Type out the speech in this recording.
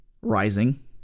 rising